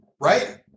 right